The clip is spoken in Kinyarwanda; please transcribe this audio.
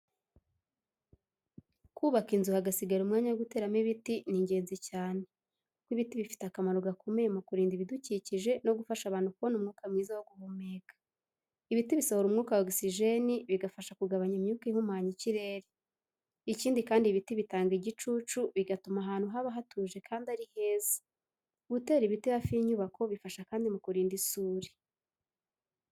Kubaka inzu hagasigara umwanya wo guteramo ibiti ni ingenzi cyane, kuko ibiti bifite akamaro gakomeye mu kurinda ibidukikije no gufasha abantu kubona umwuka mwiza wo guhumeka. Ibiti bisohora umwuka wa ogisijeni , bigafasha kugabanya imyuka ihumanya ikirere. Ikindi kandi, ibiti bitanga igicucu, bigatuma ahantu haba hatuje kandi ari heza. Gutera ibiti hafi y’inyubako bifasha kandi mu kurinda isuri.